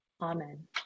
Amen